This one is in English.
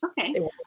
Okay